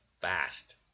Fast